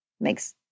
Makes